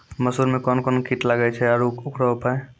मसूर मे कोन कोन कीट लागेय छैय आरु उकरो उपाय?